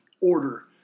order